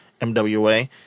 MWA